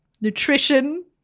nutrition